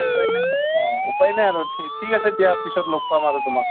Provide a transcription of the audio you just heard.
উপায় নাই আৰু ঠি ঠিক আছে দিয়া পিছত লগ পাম আৰু তোমাক